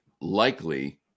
likely